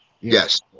Yes